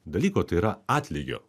dalyko tai yra atlygio